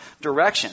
direction